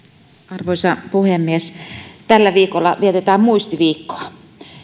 arvoisa puhemies tällä viikolla vietetään muistiviikkoa